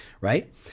right